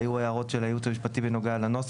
היו הערות של הייעוץ המשפטי בנוגע לנוסח,